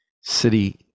city